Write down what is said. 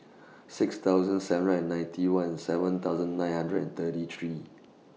six thousand seven hundred and ninety one seven thousand nine hundred and thirty three